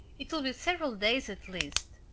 it will be several days, at least.